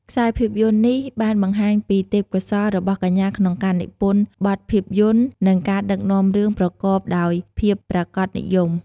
ខ្សែភាពយន្តនេះបានបង្ហាញពីទេពកោសល្យរបស់កញ្ញាក្នុងការនិពន្ធបទភាពយន្ត និងការដឹកនាំរឿងប្រកបដោយភាពប្រាកដនិយម។